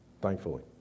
thankfully